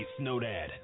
Snowdad